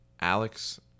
Alex